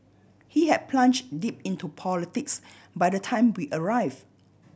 he had plunged deep into politics by the time we arrived